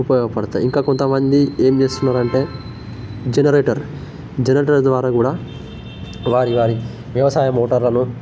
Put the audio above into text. ఉపయోగపడతాయి ఇంకా కొంతమంది ఏం జేస్తున్నారంటే జనరేటర్ జనరేటర్ ద్వారా కూడా వారి వారి వ్యవసాయ మోటార్లలో